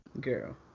girl